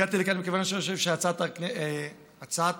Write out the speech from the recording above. הגעתי לכאן מכיוון שאני חושב שהצעת